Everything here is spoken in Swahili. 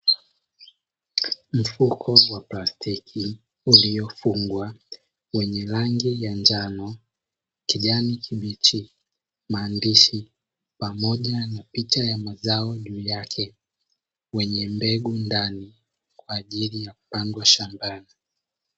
Mfuko wa plastiki uliyofungwa wenye rangi ya njano, kijani kibichi, maandishi pamoja na picha ya mazao juu yake mwenye mbegu ndani kwa ajili ya kupandwa shambani.